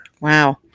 wow